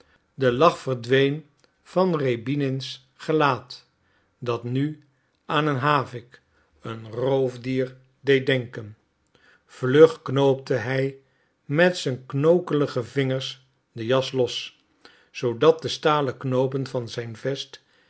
de lach verdween van rjäbinins gelaat dat nu aan een havik een roofdier deed denken vlug knoopte hij met zijn knokkelige vingers den jas los zoodat de stalen knoopen van zijn vest